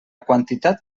quantitat